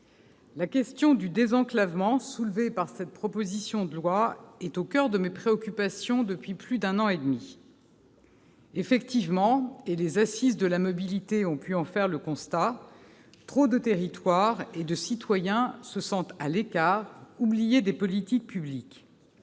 la question du désenclavement, soulevée par cette proposition de loi, est au coeur de mes préoccupations depuis plus d'un an et demi. Effectivement- les Assises nationales de la mobilité ont permis d'en faire le constat -, trop de territoires et de citoyens se sentent laissés à l'écart, oubliés des politiques publiques.